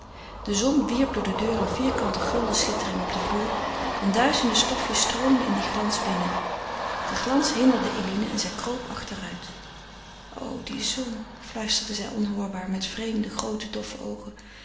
de zon wierp door de deur een vierkante gulden schittering op den vloer en duizenden stofjes stroomden in dien glans binnen de glans hinderde eline en zij kroop achteruit o die zon fluisterde zij onhoorbaar met vreemde groote doffe oogen